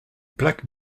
plaque